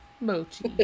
mochi